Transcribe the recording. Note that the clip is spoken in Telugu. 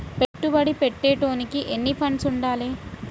పెట్టుబడి పెట్టేటోనికి ఎన్ని ఫండ్స్ ఉండాలే?